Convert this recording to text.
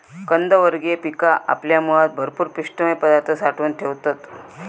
कंदवर्गीय पिका आपल्या मुळात भरपूर पिष्टमय पदार्थ साठवून ठेवतत